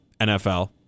NFL